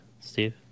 Steve